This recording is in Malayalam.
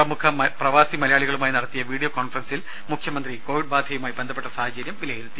പ്രമുഖ പ്രവാസി മലയാളികളുമായി നടത്തിയ വീഡിയോ കോൺഫറൻസിൽ മുഖ്യമന്ത്രി കോവിഡ് ബാധയുമായി ബന്ധപ്പെട്ട സാഹചര്യം വിലയിരുത്തി